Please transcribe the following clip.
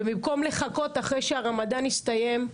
ובמקום לחכות אחרי שהרמדאן יסתיים,